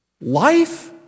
life